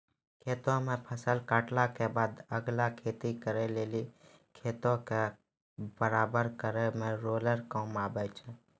खेतो मे फसल काटला के बादे अगला खेती करे लेली खेतो के बराबर करै मे रोलर काम आबै छै